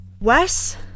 Wes